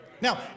Now